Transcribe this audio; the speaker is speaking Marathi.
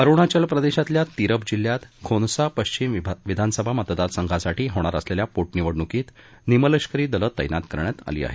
अरुणाचल प्रदेशातल्या तिरप जिल्ह्यात खोनसा पश्चिम विधानसभा मतदारसंघासाठी होणार असलेल्या पोटनिवडणुकीसाठी निमलष्करी दलं तैनात करण्यात आली आहेत